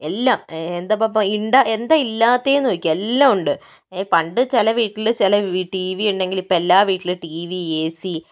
എല്ലാം എന്താപ്പം എന്താ ഇല്ലാത്തതെന്ന് ചോദിക്കുക എല്ലാം ഉണ്ട് പണ്ട് ചില വീട്ടില് ചില ടി വി ഉണ്ടെങ്കിൽ ഇപ്പം എല്ലാ വീട്ടിലും ടി വി എ സി